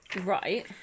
Right